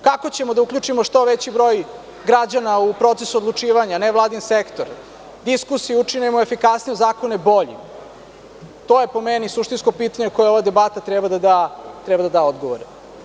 Kako ćemo da uključimo što veći broj građana u proces odlučivanja, u nevladin sektor i diskusiju učinimo efikasnijom, zakone boljim – to je po meni suštinsko pitanje na koje ova debata treba da da odgovore.